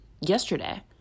yesterday